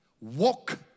Walk